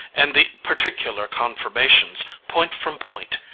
and the particular confirmations, point from point,